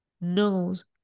knows